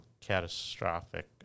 catastrophic